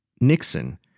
Nixon